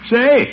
Say